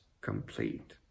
complete